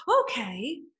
okay